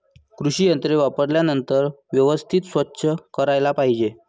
कृषी यंत्रे वापरल्यानंतर व्यवस्थित स्वच्छ करायला पाहिजे